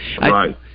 Right